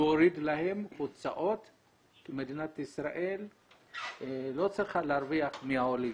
להוריד להם את ההוצאות כי מדינת ישראל לא צריכה להרוויח מהעולים,